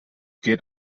geht